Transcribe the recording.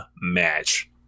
match